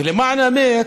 ולמען האמת,